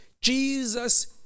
Jesus